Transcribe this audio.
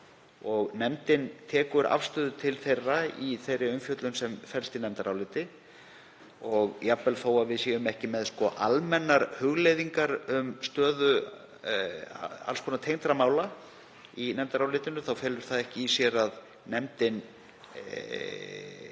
og nefndin tekur afstöðu til þeirra í þeirri umfjöllun sem felst í nefndaráliti. En jafnvel þó að við séum ekki með almennar hugleiðingar um stöðu alls konar tengdra mála í nefndarálitinu felur það ekki í sér að nefndin